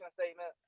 statement